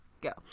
go